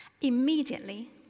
Immediately